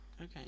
okay